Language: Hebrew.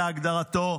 כהגדרתו,